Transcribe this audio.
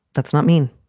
that's not mean.